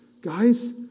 Guys